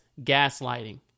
gaslighting